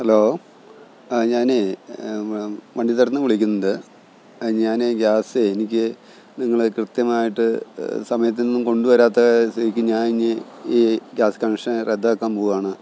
hello ആ ഞാനേ വണ്ടിത്തൊരത്ത്ന്നാണ് വിളിക്കുന്നത് ഞാനേ ഗ്യാസെ എനിക്ക് നിങ്ങള് കൃത്യമായിട്ട് സമയത്തെന്നും കൊണ്ടുവരാത്ത സ്ഥിതിക്ക് ഞാന് ഇനി ഈ ഗ്യാസ് കണഷന് റദ്ദാക്കാന് പോവുകയാണ്